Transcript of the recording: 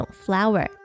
flower，